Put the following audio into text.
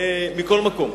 מכל מקום,